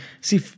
See